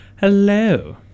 Hello